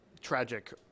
tragic